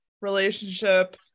relationship